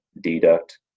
deduct